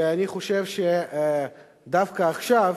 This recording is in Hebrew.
ואני חושב שדווקא עכשיו